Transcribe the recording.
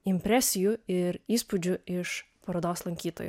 impresijų ir įspūdžių iš parodos lankytojų